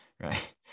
Right